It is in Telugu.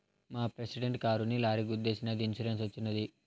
మా ప్రెసిడెంట్ కారుని లారీ గుద్దేశినాదని ఇన్సూరెన్స్ వచ్చినది